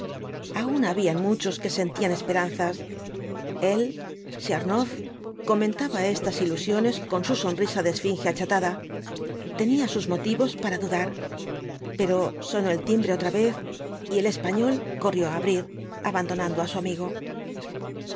aun habían muchos que sentían esperanzas el tchernoff comentaba estas ilusiones con su sonrisa de esfinge achatada tenía sus motivos para dudar pero sonó el timbre otra vez y el español corrió á abrir abandonando á su amigo